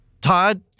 Todd